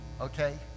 Okay